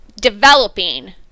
developing